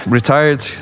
retired